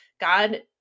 God